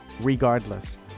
Regardless